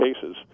cases